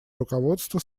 руководство